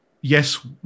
yes